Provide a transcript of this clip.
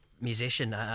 musician